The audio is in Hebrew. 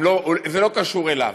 זה לא קשור אליו.